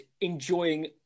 enjoying